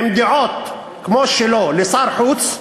עם דעות כמו שלו, לשר החוץ,